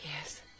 Yes